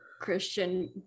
Christian